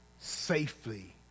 safely